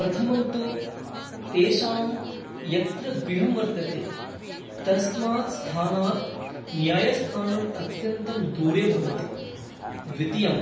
प्रथमं तु तेषां यत्र गृहं वर्तते तस्मात् स्थानात् न्यायस्थानम् अत्यन्तं दूरे भवति द्वितीयम्